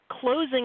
closing